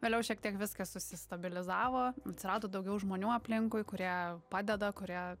vėliau šiek tiek viskas susistabilizavo atsirado daugiau žmonių aplinkui kurie padeda kurie